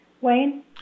Wayne